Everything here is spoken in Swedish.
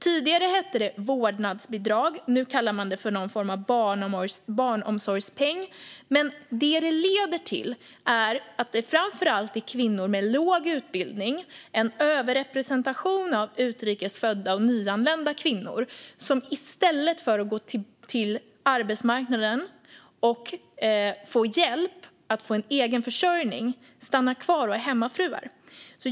Tidigare hette det vårdnadsbidrag, nu kallar man det barnomsorgspeng. Men vad det leder till är att det framför allt är kvinnor med låg utbildning och en överrepresentation av utrikes födda och nyanlända kvinnor som i stället för att gå till arbetsmarknaden och få hjälp att få egen försörjning stannar kvar som hemmafruar.